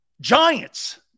Giants